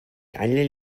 alle